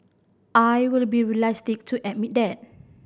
I will be realistic to admit that